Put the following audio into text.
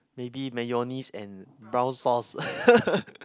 maybe mayonnaise and brown sauce